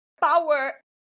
power